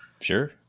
Sure